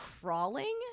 crawling